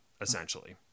essentially